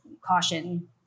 caution